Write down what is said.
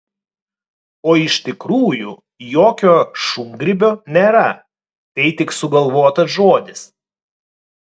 o iš tikrųjų jokio šungrybio nėra tai tik sugalvotas žodis